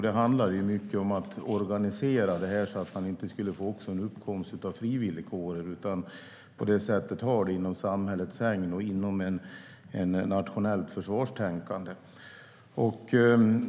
Det handlade mycket om att organisera det så att man inte skulle få en uppkomst av frivilligkårer utan ha det inom samhällets hägn och inom ett nationellt försvarstänkande.